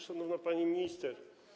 Szanowna Pani Minister!